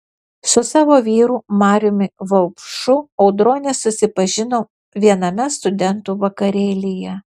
su savo vyru mariumi vaupšu audronė susipažino viename studentų vakarėlyje